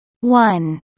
One